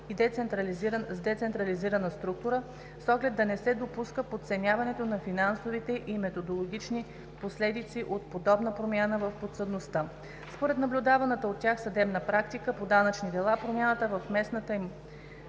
с децентрализирана структура, с оглед да не се допуска подценяването на финансовите и методологичните последици от подобна промяна в подсъдността. Според наблюдаваната от тях съдебна практика по данъчни дела, промяната в местната им